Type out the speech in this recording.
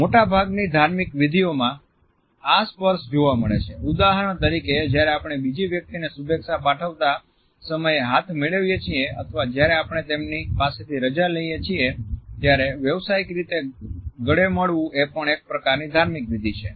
મોટે ભાગની ધાર્મિક વિધિઓમાં આ સ્પર્શ જોવા મળે છે ઉદાહરણ તરીકે જ્યારે આપણે બીજી વ્યક્તિને શુભેચ્છા પાઠવતા સમયે હાથ મેળવીએ છીએ અથવા જ્યારે આપણે તેમની પાસેથી રજા લઈએ છીએ ત્યારે વ્યવસાયિક રીતે ગળે મળવું એ પણ એક પ્રકારની ધાર્મિક વિધિ છે